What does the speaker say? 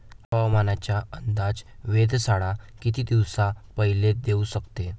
हवामानाचा अंदाज वेधशाळा किती दिवसा पयले देऊ शकते?